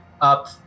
up